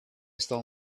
stole